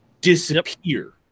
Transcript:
disappear